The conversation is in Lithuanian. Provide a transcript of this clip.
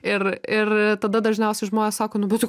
ir ir tada dažniausiai žmonės sako nu bet